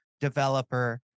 developer